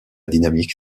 dynamique